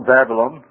Babylon